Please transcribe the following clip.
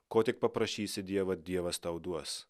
ko tik paprašysi dievą dievas tau duos